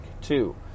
two